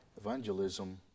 Evangelism